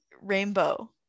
rainbow